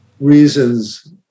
reasons